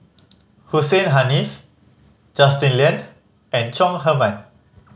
Hussein Haniff Justin Lean and Chong Heman